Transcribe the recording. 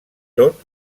tot